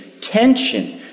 tension